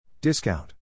Discount